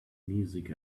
music